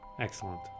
excellent